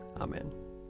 Amen